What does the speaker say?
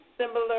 similar